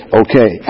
okay